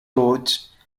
lodge